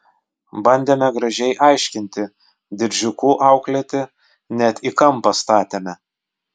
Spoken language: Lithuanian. bandėme gražiai aiškinti diržiuku auklėti net į kampą statėme